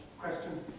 question